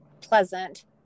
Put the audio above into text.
pleasant